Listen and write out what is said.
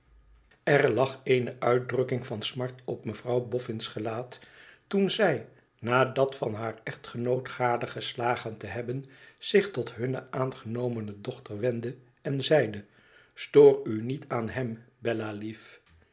ër lag eene uitdrukking van smart op mevrouw boffin's gelaat toen zij na dat van haar echtgenoot gadegeslagen te hebben zich tot hunne aangenomene dochter wendde en zeide stoor u niet aan hem